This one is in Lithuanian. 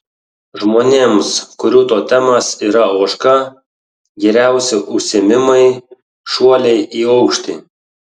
žmonėms kurių totemas yra ožka geriausi užsiėmimai šuoliai į aukštį